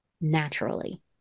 naturally